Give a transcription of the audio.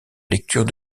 lecture